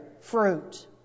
fruit